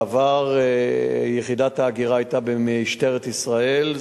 בעבר יחידת ההגירה היתה במשטרת ישראל,